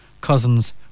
cousins